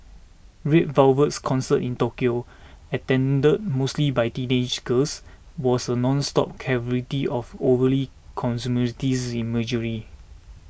Red Velvet's concert in Tokyo attended mostly by teenage girls was a nonstop cavalcade of overtly consumerist imagery